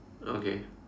okay